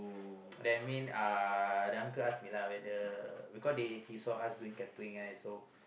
that mean uh the uncle ask me lah whether because they he saw us doing catering right so